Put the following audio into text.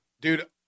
dude